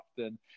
often